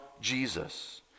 Jesus